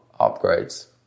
upgrades